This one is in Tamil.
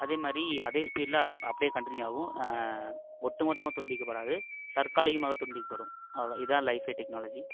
அதேமாதிரி அதே ஸ்பீடில் அப்படியே கண்டினியூ ஆகும் ஒட்டு மொத்தமாக துண்டிக்கப்படாது தற்காலிகமாக துண்டிக்கப்படும் அவ்வள இதுதான் லைஃபை டெக்னாலஜி